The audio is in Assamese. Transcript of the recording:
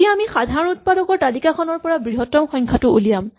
এতিয়া আমি সাধাৰণ উৎপাদকৰ তালিকাখনৰ পৰা বৃহত্তম সংখ্যাটো উলিয়াম